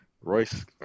Royce